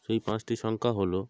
সেই পাঁচটি সংখ্যা হলো